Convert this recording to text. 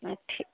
हाँ ठीक